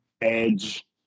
Edge